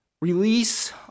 release